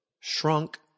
shrunk